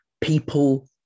people